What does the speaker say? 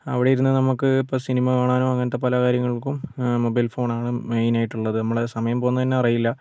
അവിടെ ഇരുന്ന് നമുക്ക് ഇപ്പോൾ സിനിമ കാണാനോ അങ്ങനത്തെ പല കാര്യങ്ങൾക്കും മൊബൈൽ ഫോൺ ആണ് മെയിൻ ആയിട്ട് ഉള്ളത് നമ്മൾ സമയം പോവുന്നത് തന്നെ അറിയില്ല